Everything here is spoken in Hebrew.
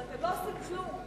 ואתם לא עושים כלום.